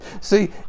See